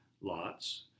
lots